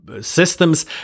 systems